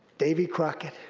davy crockett,